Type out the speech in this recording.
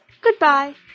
Goodbye